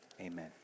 amen